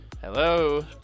Hello